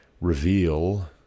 reveal